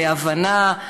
להבנה,